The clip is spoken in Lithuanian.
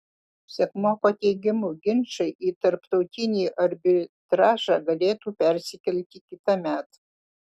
sekmoko teigimu ginčai į tarptautinį arbitražą galėtų persikelti kitąmet